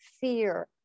fear